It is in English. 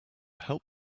help